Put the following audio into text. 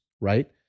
right